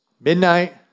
Midnight